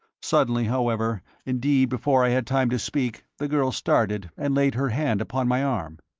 suddenly, however, indeed before i had time to speak, the girl started and laid her hand upon my arm.